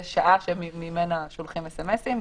יש שעה שממנה שולחים סמ"סים.